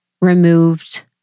removed